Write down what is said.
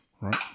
right